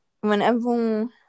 whenever